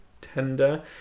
tender